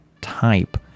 type